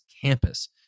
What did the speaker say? campus